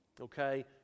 Okay